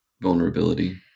vulnerability